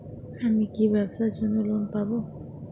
আমি কি ব্যবসার জন্য লোন পাব?